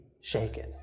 shaken